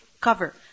cover